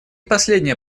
последнее